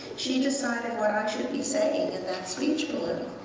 she decided what i should be saying in that speech balloon.